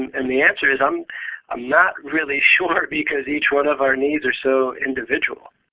and the answer is i'm i'm not really sure, because each one of our needs are so individual.